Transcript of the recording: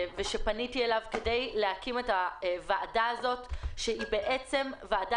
פניתי אליו כדי להקים את הוועדה הזאת שהיא בעצם ועדה